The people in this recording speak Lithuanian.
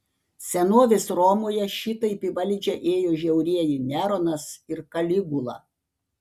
senovės romoje šitaip į valdžią ėjo žiaurieji neronas ir kaligula